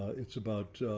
it's about